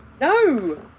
No